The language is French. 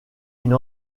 une